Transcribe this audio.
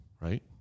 right